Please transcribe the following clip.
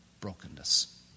brokenness